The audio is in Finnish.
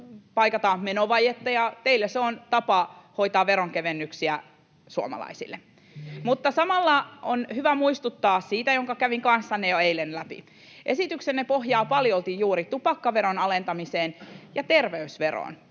paikata menovajetta, ja teillä se on tapa hoitaa veronkevennyksiä suomalaisille. [Kai Mykkäsen välihuuto] Mutta samalla on hyvä muistuttaa siitä asiasta, jonka kävin kanssanne jo eilen läpi. Esityksenne pohjaa paljolti juuri tupakkaveron alentamiseen ja terveysveroon,